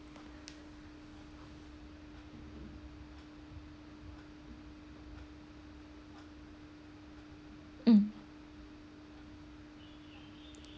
um